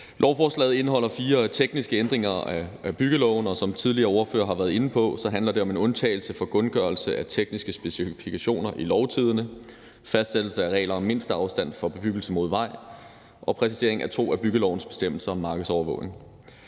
Lovforslaget indeholder fire tekniske ændringer af byggeloven, og som tidligere ordførere har været inde på, handler det om en undtagelse fra kundgørelse af tekniske specifikationer i Lovtidende, fastsættelse af regler om mindsteafstand for bebyggelse mod vej og præcisering af to af byggelovens bestemmelser om markedsovervågning.